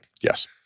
Yes